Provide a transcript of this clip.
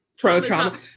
pro-trauma